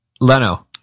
Leno